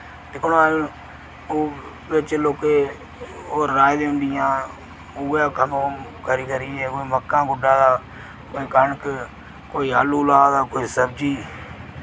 दिक्खो ना बिच लोकें ओह् राही दी होंदियां उऐ कम्म करी करियै कोई मक्कां गुड्डा दा कोई कनक कोई आलू ला दा कोई सब्जी